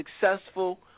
successful